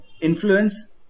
influence